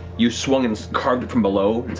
you've swung and carved it from below,